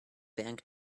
bank